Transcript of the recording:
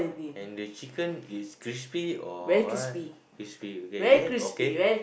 and the chicken is crispy or what crispy okay okay okay